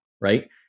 right